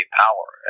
power